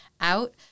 out